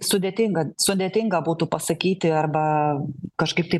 sudėtinga sudėtinga būtų pasakyti arba kažkaip tai